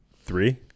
three